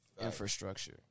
Infrastructure